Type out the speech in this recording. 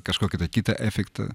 kažkokį tai kitą efektą